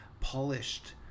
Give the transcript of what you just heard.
polished